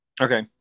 Okay